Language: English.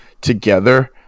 together